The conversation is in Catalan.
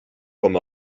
com